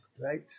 right